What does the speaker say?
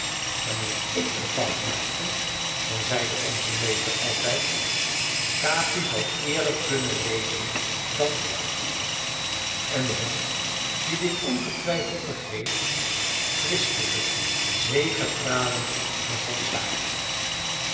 wanneer ik een fout maakte dan zeide onze meester altijd capi zal eerder kunnen lezen dan rémi en de hond die dit ongetwijfeld begreep kwispelde zegepralend met zijn staart